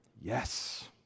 Yes